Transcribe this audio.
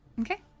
Okay